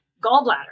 gallbladder